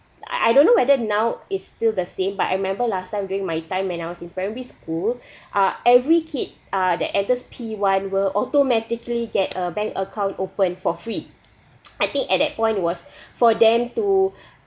I I don't know whether now it's still the same but I remember last time during my time when I was in primary school uh every kid uh that enters p one will automatically get a bank account open for free I think at that point was for them to